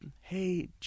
hey